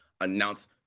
announce